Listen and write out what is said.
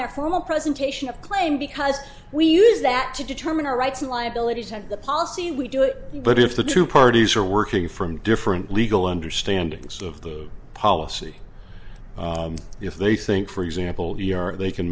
their formal presentation of claim because we use that to determine our rights and liabilities have the policy we do it but if the two parties are working from different legal understanding of the policy if they think for example the are they can